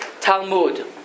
Talmud